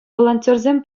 волонтерсем